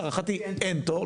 להערכתי, אין תור.